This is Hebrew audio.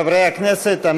חברי הכנסת,